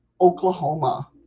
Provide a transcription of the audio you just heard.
Oklahoma